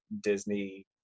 Disney